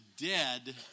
dead